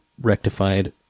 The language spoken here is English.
rectified